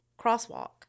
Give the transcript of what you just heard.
crosswalk